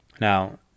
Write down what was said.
Now